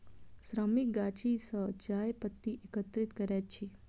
श्रमिक गाछी सॅ चाय पत्ती एकत्रित करैत अछि